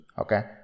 Okay